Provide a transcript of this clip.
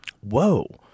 Whoa